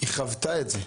חוותה את זה.